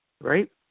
right